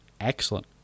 excellent